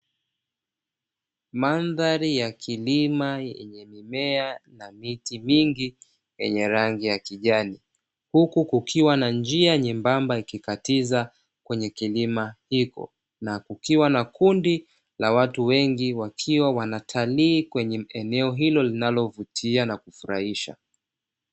Mandhari ya kilima yenye mimea na miti mingi yenye rangi ya kijani, huku kukiwa na njia nyembamba ikikatiza kwenye kilima hiko, na kukiwa na kundi la watu wengi wakiwa wanatalii kwenye eneo hilo linalovutia na kufurahisha.